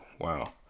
wow